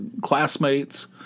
classmates